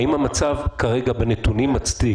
האם המצב של הנתונים כרגע מצדיק.